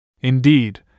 Indeed